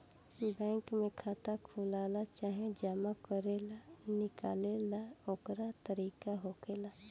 bank में खाता खोलेला चाहे जमा करे निकाले ला ओकर तरीका होखेला